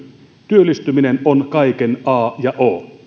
työllistyminen on kaiken a ja o